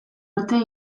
arte